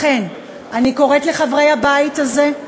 לכן אני קוראת לחברי הבית הזה,